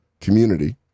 community